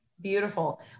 Beautiful